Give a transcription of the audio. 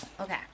okay